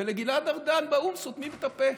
ולגלעד ארדן באו"ם סותמים את הפה.